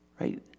right